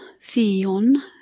Theon